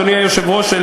אדוני היושב-ראש,